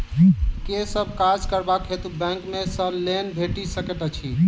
केँ सब काज करबाक हेतु बैंक सँ लोन भेटि सकैत अछि?